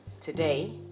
today